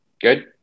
Good